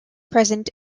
present